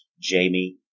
Jamie